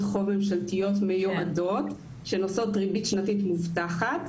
חוב ממשלתיות מיועדות שנושאות ריבית שנתית מובטחת.